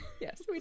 Yes